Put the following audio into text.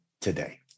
today